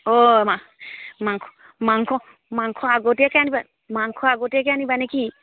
অঁ মা মাংস মাংস মাংস আগতীয়াকৈ আনিবা মাংস আগতীয়াকৈ আনিবানে কি